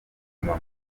maman